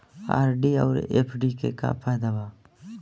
RD आउर FD के का फायदा बा?